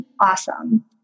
awesome